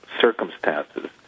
circumstances